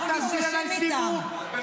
אל תעשי עליי סיבוב.